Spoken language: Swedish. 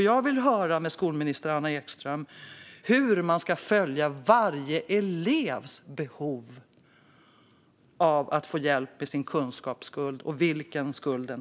Jag vill fråga skolminister Anna Ekström hur man ska följa varje elevs behov av att få hjälp med sin kunskapsskuld och vilken skuld det har blivit.